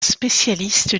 spécialiste